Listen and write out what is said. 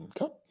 Okay